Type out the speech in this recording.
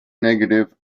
negative